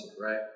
right